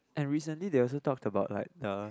and recently they also talk about like the